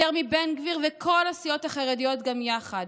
יותר מבן גביר ומכל הסיעות החרדיות גם יחד.